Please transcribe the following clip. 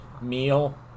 meal